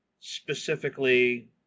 specifically